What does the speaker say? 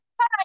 hi